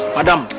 Madam